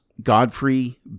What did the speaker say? Godfrey